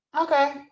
Okay